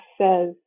says